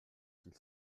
qu’il